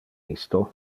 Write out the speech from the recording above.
isto